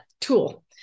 tool